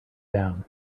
down